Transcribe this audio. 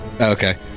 Okay